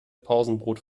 pausenbrot